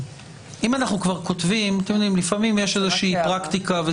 לפעמים יש איזושהי פרקטיקה,